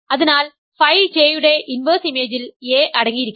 അതിനാൽ phi J യുടെ inverse ഇമേജിൽ a അടങ്ങിയിരിക്കണം